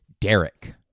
Derek